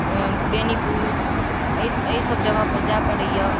बेनीपुर अइ अइ सब जगहपर जाय पड़य यऽ